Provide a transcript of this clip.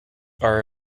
are